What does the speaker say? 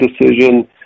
decision